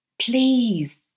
please